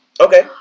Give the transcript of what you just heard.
Okay